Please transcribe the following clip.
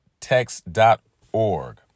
text.org